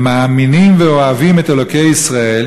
הם מאמינים ואוהבים את אלוקי ישראל,